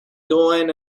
going